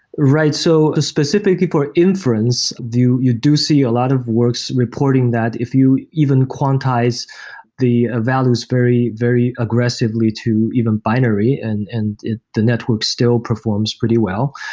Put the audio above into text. right. so ah specifically, for inference, you do see a lot of works, reporting that if you even quantize the values very, very aggressively to even binary and and the network still performs pretty well.